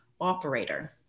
operator